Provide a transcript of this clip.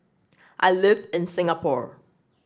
I live in Singapore